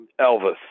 Elvis